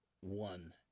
one